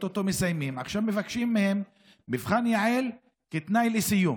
ועכשיו מבקשים מהן מבחן יע"ל כתנאי לסיום.